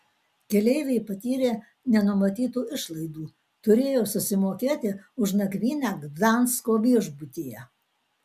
keleiviai patyrė nenumatytų išlaidų turėjo susimokėti už nakvynę gdansko viešbutyje